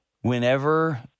Whenever